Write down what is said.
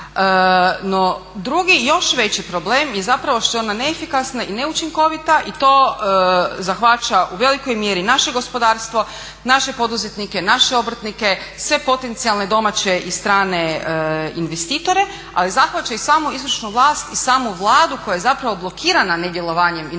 No, drugi još veći problem je zapravo što je ona neefikasna i neučinkovita i to zahvaća u velikoj mjeri naše gospodarstvo, naše poduzetnike, naše obrtnike, sve potencijalne domaće i strane investitore, ali zahvaća i samu izvršnu vlast i samu Vladu koja je zapravo blokirana nedjelovanjem i nefunkcioniranjem